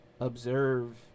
observe